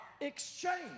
exchange